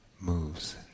moves